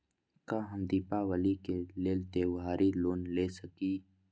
का हम दीपावली के लेल त्योहारी लोन ले सकई?